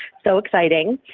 so exciting.